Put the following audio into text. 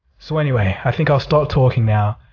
so anyway, i think i'll stop talking now.